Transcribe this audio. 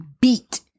beat